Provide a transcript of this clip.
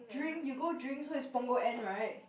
drink you go drink so its Punggol end right